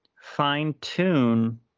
fine-tune